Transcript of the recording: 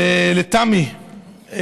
לתמי,